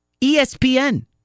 ESPN